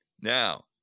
Now